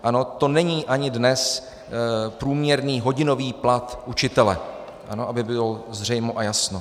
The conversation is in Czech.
Ano, to není ani dnes průměrný hodinový plat učitele, aby bylo zřejmo a jasno.